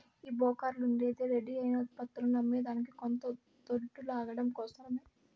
ఈ బోకర్లుండేదే రెడీ అయిన ఉత్పత్తులని అమ్మేదానికి కొంత దొడ్డు లాగడం కోసరమే